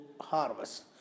harvest